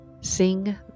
sing